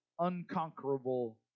Unconquerable